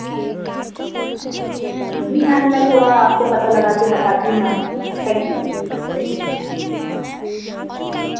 जी ma'am मैं आपको थोड़ा पता लगा कर बताती हूँ मैम थैंक यू मैम